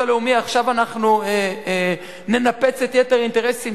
הלאומי עכשיו אנחנו ננפץ את יתר האינטרסים,